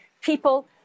people